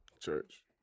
church